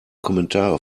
kommentare